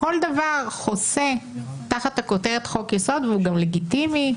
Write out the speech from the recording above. שכל דבר חוסה תחת הכותרת חוק יסוד וזה גם לגיטימי,